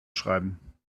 schreiben